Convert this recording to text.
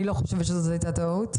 אני לא חושבת שזאת הייתה טעות,